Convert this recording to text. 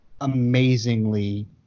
amazingly